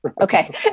Okay